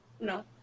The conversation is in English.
No